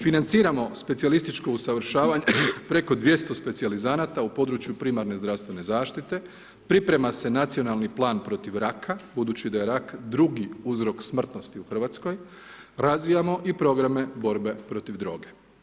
Financiramo specijalističko usavršavanje preko 200 specijalizanata u području primarne zdravstvene zaštite, priprema se nacionalni plan protiv raka, budući da je rak drugi uzrok smrtnosti u Hrvatskoj, razvijamo i programe borbe protiv droge.